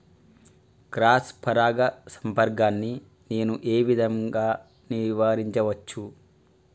Cross పరాగ సంపర్కాన్ని నేను ఏ విధంగా నివారించచ్చు?